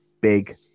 big